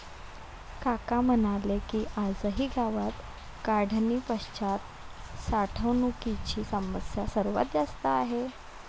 काका म्हणाले की, आजही गावात काढणीपश्चात साठवणुकीची समस्या सर्वात जास्त आहे